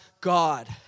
God